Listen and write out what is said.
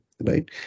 right